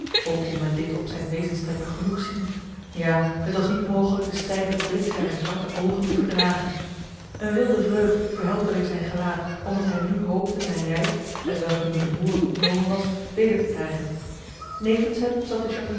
ook kon men dit op zijn wezenstrekken genoeg zien ja het was niet mogelijk de stijve blik zijner zwarte ogen te verdragen een wilde vreugd verhelderde zijn gelaat omdat hij nu hoopte zijn rijk hetwelk hem door de moren ontnomen was weder te krijgen nevens hem zat